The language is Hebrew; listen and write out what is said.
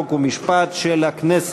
חוק ומשפט של הכנסת.